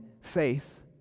faith